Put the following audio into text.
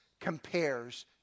compares